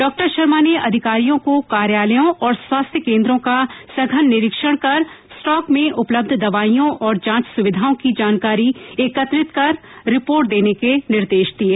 डॉ शर्मा ने अधिकारियों को कार्यालयों और स्वास्थ्य केन्द्रों का सघन निरीक्षण कर स्टॉक में उपलब्ध दवाइयों और जांच सुविधाओं की जानकारी देने के निर्देष दिये